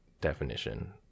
definition